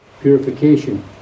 purification